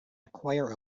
acquire